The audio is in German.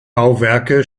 bauwerke